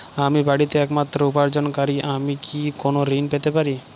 আমি বাড়িতে একমাত্র উপার্জনকারী আমি কি কোনো ঋণ পেতে পারি?